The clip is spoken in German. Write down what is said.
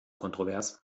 kontrovers